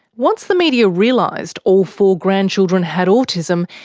once the media realised all four grandchildren had autism,